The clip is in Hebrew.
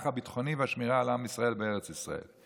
הביטחוני והשמירה על עם ישראל בארץ ישראל.